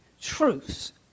truths